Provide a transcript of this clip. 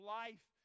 life